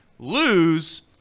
lose